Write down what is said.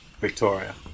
Victoria